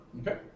Okay